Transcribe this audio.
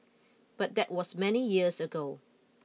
but that was many years ago